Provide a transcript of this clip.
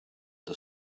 the